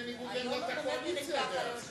בניגוד לעמדת הקואליציה.